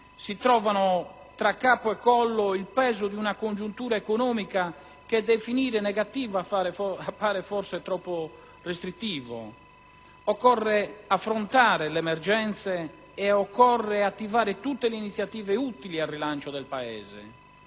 si trovano tra capo e collo il peso di una congiuntura economica che definire negativa appare forse troppo restrittivo. Occorre affrontare le emergenze ed attivare tutte le iniziative utili al rilancio del Paese,